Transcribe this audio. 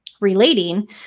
relating